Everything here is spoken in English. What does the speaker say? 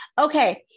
Okay